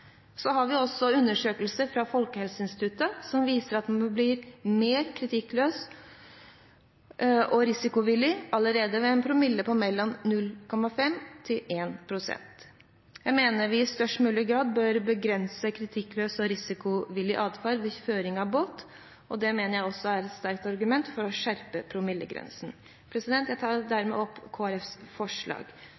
Så har vi også undersøkelsene fra Folkehelseinstituttet, som viser at man blir mer kritikkløs og risikovillig allerede ved en promille på mellom 0,5 og 1,0. Jeg mener vi i størst mulig grad bør begrense kritikkløs og risikovillig atferd ved føring av båt, og det mener jeg også er et sterkt argument for å skjerpe promillegrensen. Jeg tar dermed opp Kristelig Folkepartis forslag.